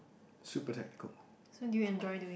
super technical